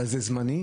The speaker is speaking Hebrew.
אבל זה זמני.